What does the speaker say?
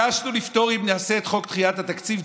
אם נעשה את חוק דחיית התקציב,